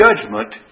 judgment